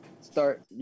start